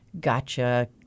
gotcha